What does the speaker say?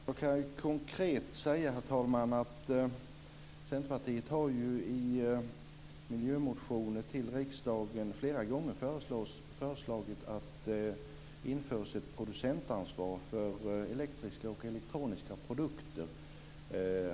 Herr talman! Jag kan konkret säga att Centerpartiet ju i miljömotioner till riksdagen flera gånger har föreslagit att det ska införas ett producentansvar för elektriska och elektroniska produkter.